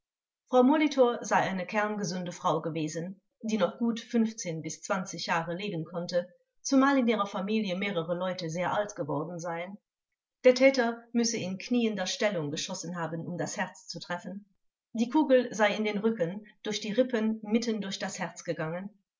frau molitor sei eine kerngesunde frau gewesen die gut fünfzehn bis zwanzig jahre leben konnte zumal in ihrer familie mehrere leute sehr alt geworden seien der täter müsse in kniender stellung geschossen haben um das herz zu treffen die kugel sei in den rücken durch die rippen mitten durch das herz gegangen